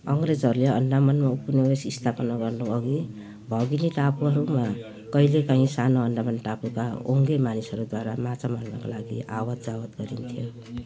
अङ्ग्रेजहरूले अन्डमानमा उपनिवेश स्थापना गर्नुअघि भगिनी टापुहरूमा कहिलेकाहीँ सानो अन्डमान टापुका ओङ्गे मानिसहरूद्वारा माछा मार्नका लागि आवतजावत गरिन्थ्यो